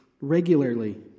regularly